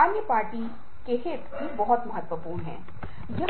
ऐसे पारिवारिक माहौल में यदि आप भारत में देखें तो भूमिकाएँ भी